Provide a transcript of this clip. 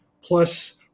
plus